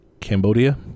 Cambodia